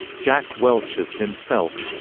jack welch as himself